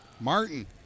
Martin